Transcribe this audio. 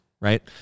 right